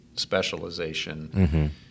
Specialization